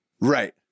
right